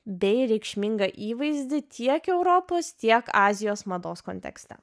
bei reikšmingą įvaizdį tiek europos tiek azijos mados kontekste